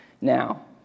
now